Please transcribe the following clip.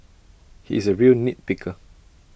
he is A real nit picker